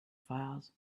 files